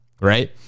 Right